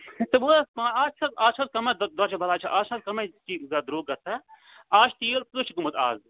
ژٕ بوز پانہٕ اَز چھِ اَز چھِ حظ کَمٕے دُ درٛوٚجَر بَلاے چھِ اَز چھِ حظ کَمٕے درٛوٚگ گَژھان اَز چھُ تیٖل کٔہیہِ چھُ گوٚمُت اَز